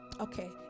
Okay